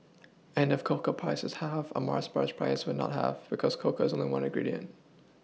and if cocoa prices halved a Mars bar's price will not halve because cocoa is only one ingredient